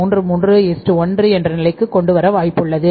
331 என்ற நிலைக்கு கொண்டு வர வாய்ப்புள்ளது